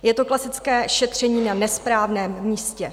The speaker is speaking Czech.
Je to klasické šetření na nesprávném místě.